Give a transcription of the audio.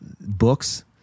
books